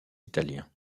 italiens